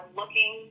looking